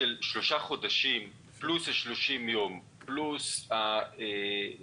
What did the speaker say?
שלושה חודשים פלוס 30 ימים פלוס 21